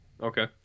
Okay